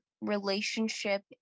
relationship